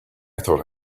thought